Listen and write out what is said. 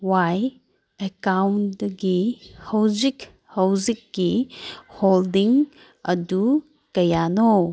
ꯋꯥꯏ ꯑꯦꯀꯥꯎꯟꯗꯒꯤ ꯍꯧꯖꯤꯛ ꯍꯧꯖꯤꯛꯀꯤ ꯍꯣꯜꯗꯤꯡ ꯑꯗꯨ ꯀꯌꯥꯅꯣ